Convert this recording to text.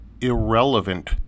irrelevant